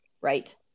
right